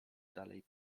dalej